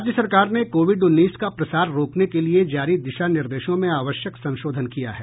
राज्य सरकार ने कोविड उन्नीस का प्रसार रोकने के लिए जारी दिशा निर्देशों में आवश्यक संशोधन किया है